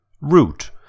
Root